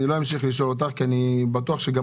אני לא אמשיך לשאול אותך כי אני בטוח שגם